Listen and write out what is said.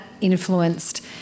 influenced